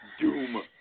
doom